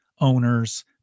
owners